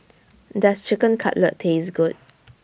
Does Chicken Cutlet Taste Good